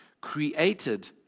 created